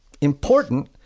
important